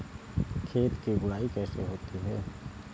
खेत की गुड़ाई कैसे होती हैं?